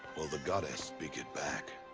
will the goddess speak it back?